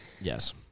Yes